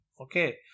Okay